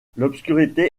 l’obscurité